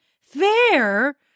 fair